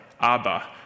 Abba